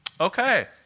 Okay